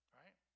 right